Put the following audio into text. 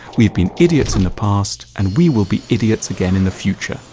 we have been idiots in the past, and we will be idiots again in the future.